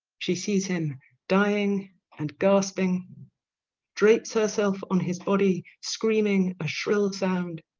she sees him dying and gasping drapes herself on his body, screaming a shrill sound.